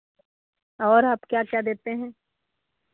और आप क्या क्या देते हैं